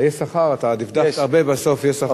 ה"יש שכר", אתה דפדפת הרבה, בסוף יש שכר.